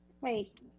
Wait